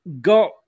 got